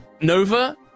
Nova